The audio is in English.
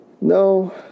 No